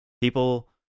People